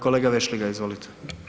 Kolega Vešligaj, izvolite.